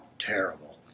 terrible